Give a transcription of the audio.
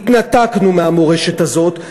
התנתקנו מהמורשת הזאת,